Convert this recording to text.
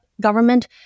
government